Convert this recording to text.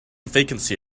vacancy